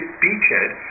beachhead